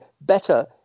better